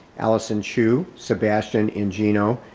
allison shoe, sebastian and gino,